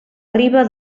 riba